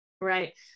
Right